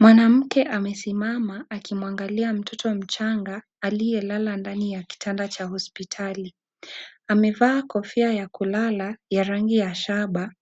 Mwanamke amesimama akimwangalia mtoto mchanga aliyelala ndani ya kitanda cha hospitali amevaa kofia ya kulala ya rangi ya shaba